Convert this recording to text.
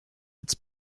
its